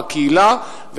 בקהילה,